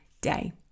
day